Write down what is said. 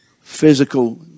physical